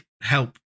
help